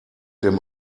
dem